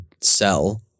sell